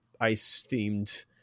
ice-themed